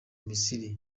misiri